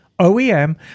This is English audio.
OEM